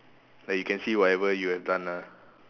like you can see whatever you have done lah